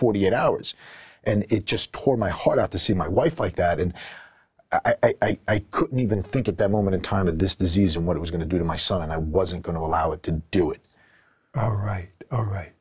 forty eight hours and it just tore my heart out to see my wife like that and i couldn't even think at that moment in time of this disease and what was going to do to my son and i wasn't going to allow it to do it right